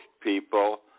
people